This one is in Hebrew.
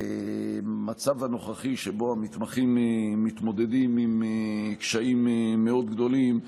המצב הנוכחי שבו המתמחים מתמודדים עם קשיים מאוד גדולים,